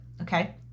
okay